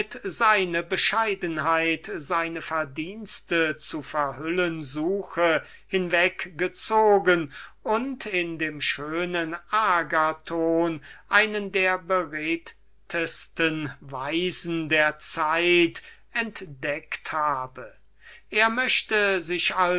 seine bescheidenheit seine verdienste zu verhüllen suche hinweggezogen und ihm in dem schönen agathon einen der beredtesten weisen der zeit entdeckt habe er möchte sich